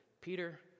Peter